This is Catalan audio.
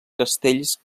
castells